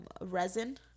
Resin